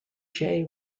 jay